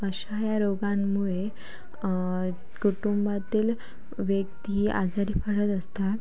अशा ह्या रोगांमुळे कुटुंबातील व्यक्ती आजारी पडत असतात